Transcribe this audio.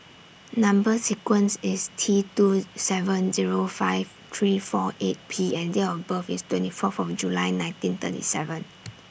Number sequence IS T two seven Zero five three four eight P and Date of birth IS twenty Fourth of July nineteen thirty seven